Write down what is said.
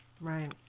Right